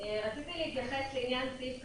רציתי להתייחס לסעיף (ב).